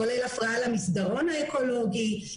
כולל הפרעה למסדרון האקולוגי,